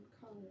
color